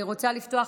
אני רוצה לפתוח